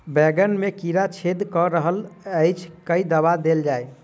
बैंगन मे कीड़ा छेद कऽ रहल एछ केँ दवा देल जाएँ?